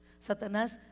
Satanás